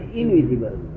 invisible